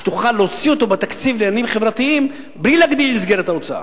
שתוכל להוציא אותו בתקציב לעניינים חברתיים בלי להגדיל את מסגרת ההוצאה,